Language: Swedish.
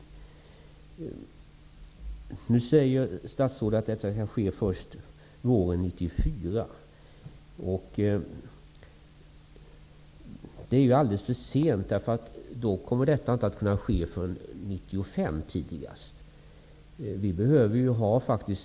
Statsrådet säger att ett lagförslag kan föreläggas riksdagen först våren 1994. Det är ju alldeles för sent. Då kommer inte reglerna att kunna träda i kraft förrän tidigast 1995.